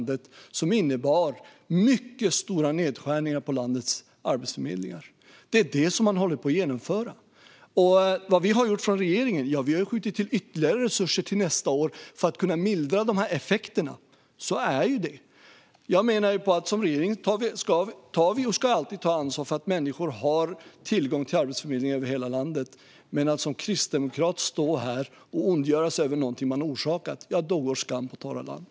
Den innebar mycket stora nedskärningar på landets arbetsförmedlingar. Det är detta som håller på att genomföras. Vad har vi i regeringen gjort? Vi har skjutit till ytterligare resurser till nästa år för att kunna mildra dessa effekter. Så ligger det till. Som regering tar vi och ska alltid ta ansvar för att människor ska ha tillgång till Arbetsförmedlingen över hela landet. Men när man som kristdemokrat ondgör sig över något som man själv har orsakat går skam på torra land.